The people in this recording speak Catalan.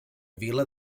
vila